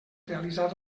realitzar